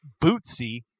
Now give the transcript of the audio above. Bootsy